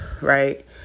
right